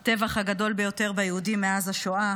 הטבח הגדול ביותר ביהודים מאז השואה